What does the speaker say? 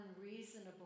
unreasonable